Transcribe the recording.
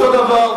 אותו דבר,